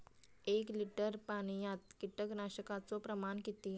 एक लिटर पाणयात कीटकनाशकाचो प्रमाण किती?